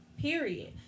period